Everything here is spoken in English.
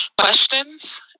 questions